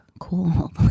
cool